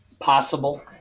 Possible